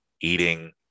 eating